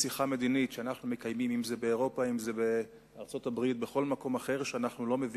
התפרסמו ידיעות שבבתי-הספר הערביים ביהודה ושומרון מלמדים